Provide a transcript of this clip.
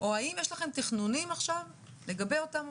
או האם יש לכם תכנונים לגבי אותם עובדים?